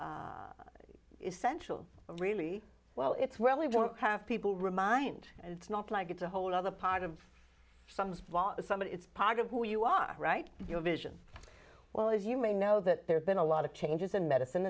essential really well it's really don't have people remind and it's not like it's a whole other part of some small sum of it's part of who you are right your vision well as you may know that there's been a lot of changes in medicine